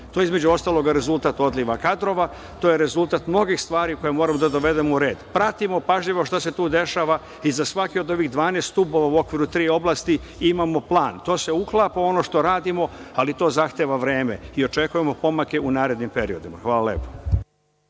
To je, između ostalog, rezultat odliva kadrova. To je rezultat mnogih stvari koje moramo da dovedemo u red. Pratimo pažljivo šta se tu dešava i za svaki od ovih 12 stubova u okviru tri oblasti imamo plan. To se uklapa u ono što radimo, ali to zahteva vreme i očekujemo pomake u narednim periodima. Hvala lepo.